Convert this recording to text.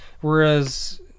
Whereas